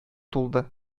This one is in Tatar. тулды